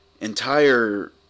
entire